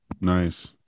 Nice